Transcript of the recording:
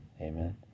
amen